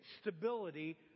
stability